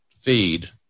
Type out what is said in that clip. feed